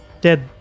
dead